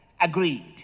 agreed